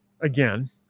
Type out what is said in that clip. again